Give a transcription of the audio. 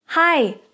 Hi